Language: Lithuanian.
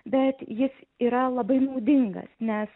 bet jis yra labai naudingas nes